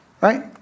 right